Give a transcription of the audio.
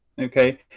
Okay